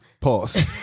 Pause